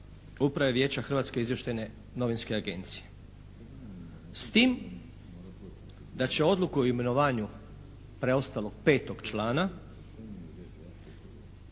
Upravnog vijeća Hrvatske izvještajne novinske agencije. S tim da će odluku o imenovanju preostalog petog člana